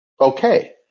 okay